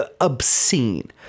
obscene